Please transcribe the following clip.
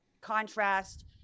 contrast